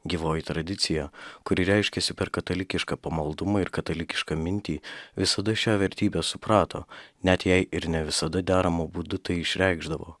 gyvoji tradicija kuri reiškiasi per katalikišką pamaldumą ir katalikišką mintį visada šią vertybę suprato net jei ir ne visada deramu būdu tai išreikšdavo